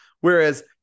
Whereas